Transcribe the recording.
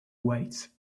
wait